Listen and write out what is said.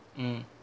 mm